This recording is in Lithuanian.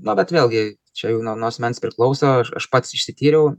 na bet vėlgi čia jau nuo nuo asmens priklauso aš aš pats išsityriau